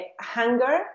hunger